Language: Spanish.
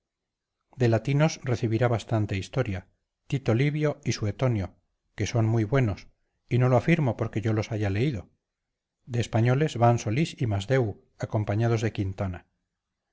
de latinos recibirá bastante historia tito livio y suetonio que son muy buenos y no lo afirmo porque yo los haya leído de españoles van solís y masdeu acompañados de quintana